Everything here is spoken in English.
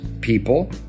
people